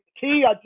key